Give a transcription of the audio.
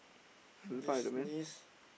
Disney's